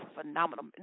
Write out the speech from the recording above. phenomenal